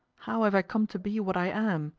how have i come to be what i am?